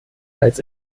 als